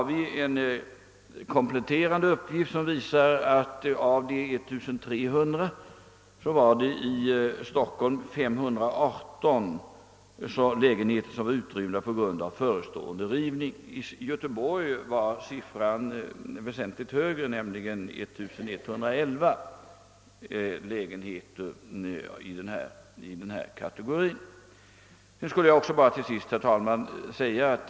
Det finns en kompletterande uppgift, som säger att av de 1300 lägenheterna i Stockholm var det 518 som utrymts på grund av förestående rivning. I Göteborg var siffran väsentligt högre för den kategorin, nämligen 1 111. Slutligen vill jag säga några ord om dem som har dubbla lägenheter.